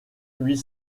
huit